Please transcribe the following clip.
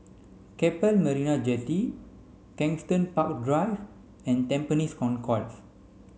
Keppel Marina Jetty Kensington Park Drive and Tampines Concourse